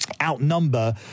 outnumber